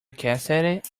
cassette